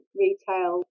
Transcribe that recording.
retail